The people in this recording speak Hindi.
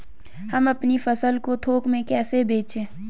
हम अपनी फसल को थोक में कैसे बेचें?